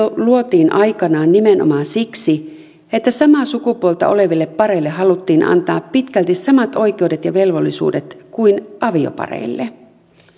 luotiin aikanaan nimenomaan siksi että samaa sukupuolta oleville pareille haluttiin antaa pitkälti samat oikeudet ja velvollisuudet kuin aviopareille